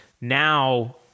now